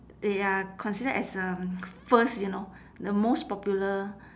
they are considered as um first you know the most popular